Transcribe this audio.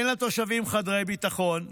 אין לתושבים חדרי ביטחון,